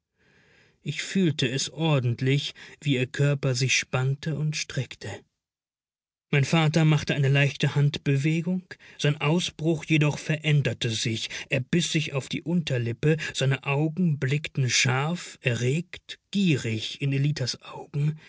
ich fühlte es ordentlich wie ihr körper sich spannte und streckte mein vater machte eine leichte handbewegung sein ausdruck jedoch veränderte sich er biß sich auf die unterlippe seine augen blickten scharf erregt gierig in ellitas augen